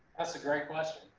that's a great question.